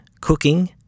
cooking